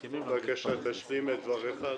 בבקשה, אתה יכול להשלים את דבריך?